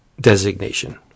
designation